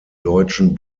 deutschen